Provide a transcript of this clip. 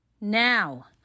Now